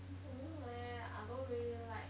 I don't know leh I don't really like